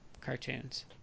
cartoons